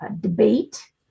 debate